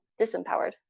disempowered